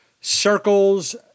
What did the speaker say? circles